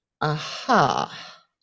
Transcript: aha